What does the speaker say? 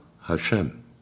Hashem